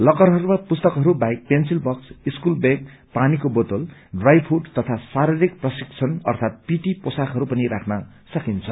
लकरहरूमा पुस्तकहरू बाहेक pencil box school bag पानीको बोतल ड्राई फूड तथा शारीरिक प्रशिक्षण अर्यात पीटी पोशाकहरू पनि राख्न सकिन्छ